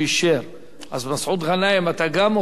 אז מסעוד גנאים, אתה גם מופיע ברשימה,